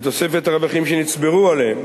בתוספת הרווחים שנצברו עליהם,